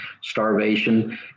starvation